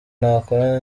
nakorana